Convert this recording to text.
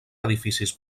edificis